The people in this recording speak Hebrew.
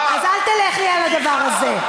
אז אל תלך לי על הדבר הזה.